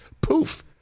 Poof